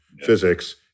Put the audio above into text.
physics